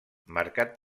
marcat